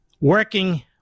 Working